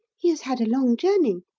he has had a long journey,